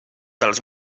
dels